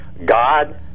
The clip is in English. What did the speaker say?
God